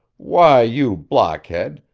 why, you blockhead,